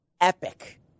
Epic